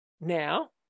now